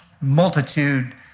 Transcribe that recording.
multitude